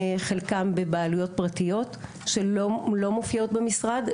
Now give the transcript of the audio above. חלקם בבעלויות פרטיות שהם לא מופיעות במשרד,